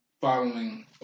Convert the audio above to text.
following